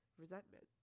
resentment